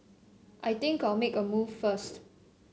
I think I'll make a move first